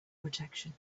protection